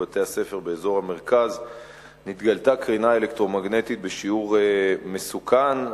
מבתי-הספר באזור המרכז נתגלתה קרינה אלקטרומגנטית בשיעור מסוכן.